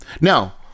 now